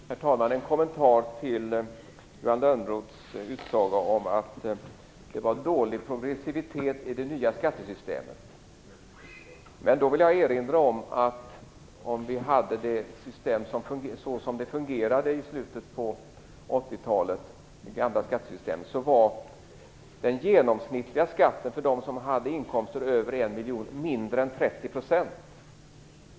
Herr talman! Jag vill göra en kommentar till Johan Lönnroths utsaga om att det var dålig progressivitet i det nya skattesystemet. Jag vill erinra om att i det gamla skattesystemet som det fungerade i slutet på 80-talet var den genomsnittliga skatten för dem som hade inkomster över 1 miljon mindre än 30 %.